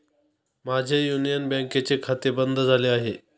माझे युनियन बँकेचे खाते बंद झाले आहे